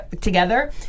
together